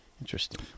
Interesting